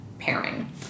pairing